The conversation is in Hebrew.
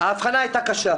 ההתחלה הייתה קשה,